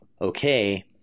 okay